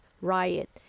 riot